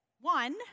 one